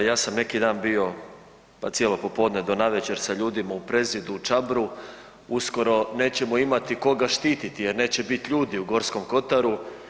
Ja sam neki dan bio, pa cijelo popodne do navečer sa ljudima u Prezidu u Čabru uskoro nećemo imati koga štititi jer neće bit ljudi u Gorskom kotaru.